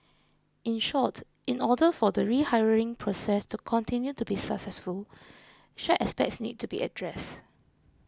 in short in order for the rehiring process to continue to be successful such aspects need to be addressed